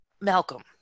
Malcolm